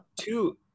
two –